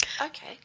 Okay